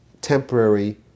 temporary